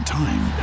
time